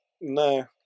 no